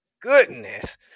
goodness